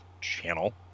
channel